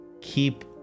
keep